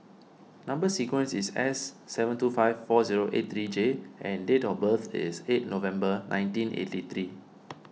Number Sequence is S seven two five four zero eight three J and date of birth is eight November nineteen eighty three